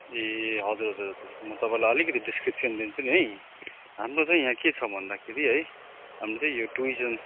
ए हजुर हजुर हजुर म तपाईँलाई अलिकति डिस्क्रिप्सन दिन्छु नि है हाम्रो चाहिँ यहाँ के छ भन्दाखेरि है हाम्रो चाहिँ यो टुरिज्म